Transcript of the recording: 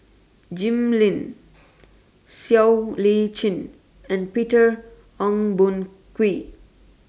Jim Lim Siow Lee Chin and Peter Ong Boon Kwee